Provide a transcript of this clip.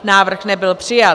Návrh nebyl přijat.